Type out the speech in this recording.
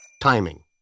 Timing